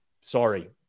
sorry